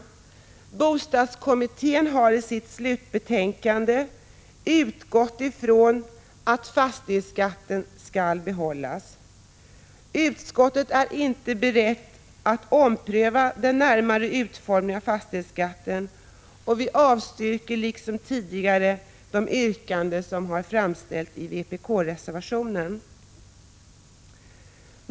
Bostadskommittén har i sitt slutbetänkande utgått från att fastighetsskatten skall behållas. Utskottet är inte berett att ompröva den närmare utformningen av fastighetsskatten och avstyrker liksom tidigare de yrkanden som har framställts i vpk-reservationen.